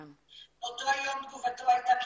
אותו היום תגובתו הייתה קיצונית.